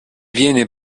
viene